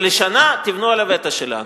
שלשנה תבנו על הווטו שלנו.